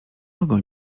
mogę